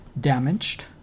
damaged